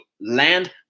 land